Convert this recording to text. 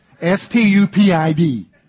S-T-U-P-I-D